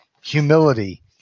humility